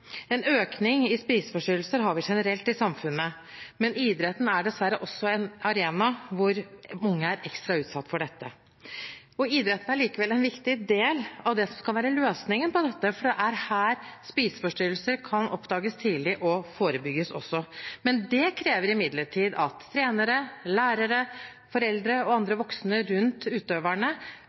En økning i spiseforstyrrelser har vi generelt i samfunnet, men idretten er dessverre også en arena hvor unge er ekstra utsatt for dette. Idretten er likevel en viktig del av det som skal være løsningen på dette, for det er her spiseforstyrrelser kan oppdages tidlig, og også forebygges. Det krever imidlertid at trenere, lærere, foreldre og andre voksne rundt utøverne